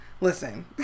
listen